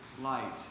light